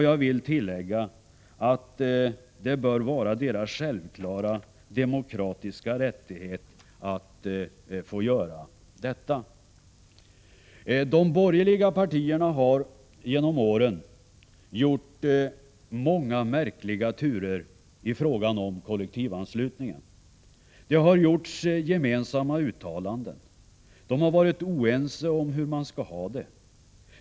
Jag vill tillägga att det bör vara deras självklara demokratiska rättighet att göra detta. De borgerliga partierna har genom åren gjort många märkliga turer i fråga om kollektivanslutningen. Det har gjorts gemensamma uttalanden. Det har varit oenighet om hur man skall ha det.